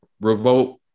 revolt